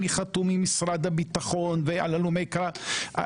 אני חתום על משרד הביטחון ועל הלומי קרב,